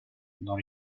dans